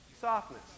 softness